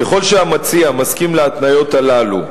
ככל שהמציע מסכים להתניות הללו,